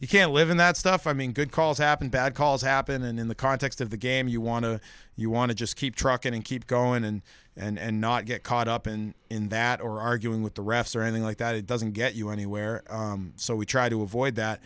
you can't live in that stuff i mean good calls happen bad calls happen and in the context of the game you want to you want to just keep trucking and keep going and and not get caught up in in that or arguing with the refs or anything like that it doesn't get you anywhere so we try to avoid that